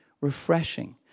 refreshing